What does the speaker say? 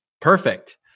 perfect